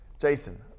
Jason